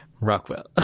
Rockwell